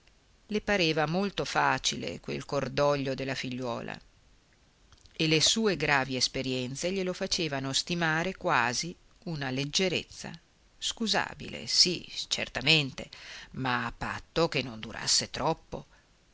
le pareva molto facile quel cordoglio della figliuola e le sue gravi esperienze glielo facevano stimare quasi una leggerezza scusabile sì certamente ma a patto che non durasse troppo